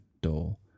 dull